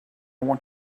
want